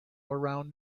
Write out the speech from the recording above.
around